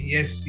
Yes